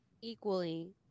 equally